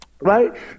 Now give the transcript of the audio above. Right